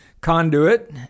conduit